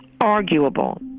arguable